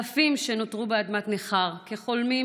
אלפים שנותרו באדמת נכר כחולמים,